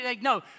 no